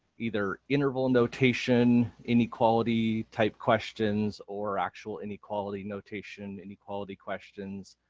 either interval notation inequality type questions, or actual inequality notation inequality questions,